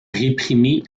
réprimer